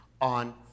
on